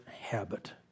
habit